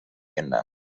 genannt